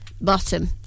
bottom